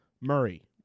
Murray